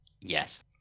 Yes